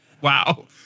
wow